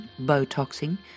Botoxing